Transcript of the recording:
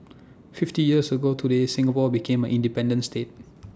fifty years ago today Singapore became A independent state